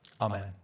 Amen